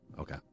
Okay